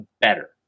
better